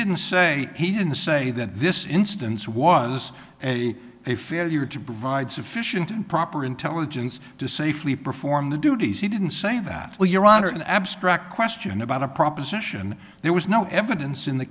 didn't say he didn't say that this instance was a failure to provide sufficient and proper intelligence to safely perform the duties he didn't say that well your honor an abstract question about a proposition there was no evidence in the